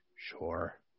Sure